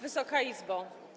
Wysoka Izbo!